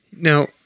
Now